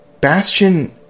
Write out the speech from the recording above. Bastion